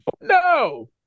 No